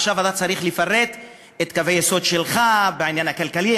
עכשיו אתה צריך לפרט את קווי היסוד שלך בעניין הכלכלי,